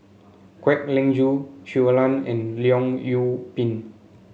Kwek Leng Joo Shui Lan and Leong Yoon Pin